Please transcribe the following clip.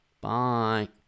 Bye